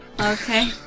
Okay